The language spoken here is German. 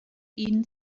ihnen